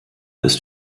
ist